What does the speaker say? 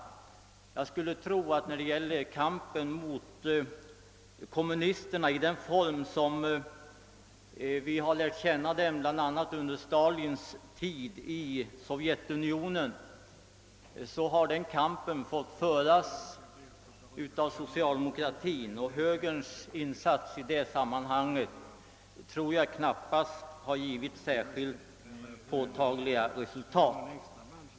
Jag tror mig kunna säga att kampen mot kommunisterna, sådana som vi har lärt känna dem bl.a. under den tid då Stalin styrde Sovjetunionen, har fått föras av socialdemokratin. Högerns insatser i det avseendet har inte givit något särskilt påtagligt resultat.